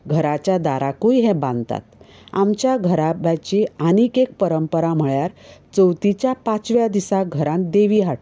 घराच्या दाराकय हें बांदतात आमच्या घराब्याची आनी एक परंपरा म्हणल्यार चवथीच्या पांचव्या दिसा घरांत देवी हाडटात